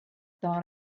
thought